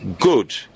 good